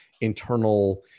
internal